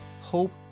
hope